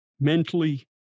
mentally